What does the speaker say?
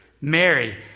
Mary